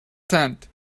tent